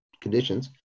conditions